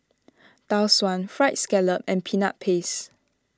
Tau Suan Fried Scallop and Peanut Paste